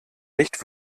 nicht